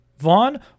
Vaughn